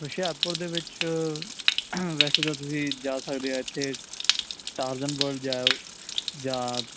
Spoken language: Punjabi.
ਹੁਸ਼ਿਆਰਪੁਰ ਦੇ ਵਿੱਚ ਵੈਸੇ ਤਾਂ ਤੁਸੀਂ ਜਾ ਸਕਦੇ ਇੱਥੇ ਟਾਰਜਨ ਵਰਡ ਜਾ ਜਾਓ ਜਾਂ